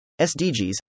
SDGs